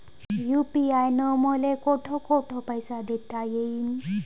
UPI न मले कोठ कोठ पैसे देता येईन?